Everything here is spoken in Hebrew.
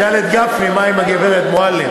תשאל את גפני מה עם הגברת מועלם.